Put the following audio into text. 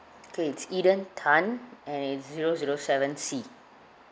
okay it's eden tan and it's zero zero seven C